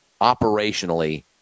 operationally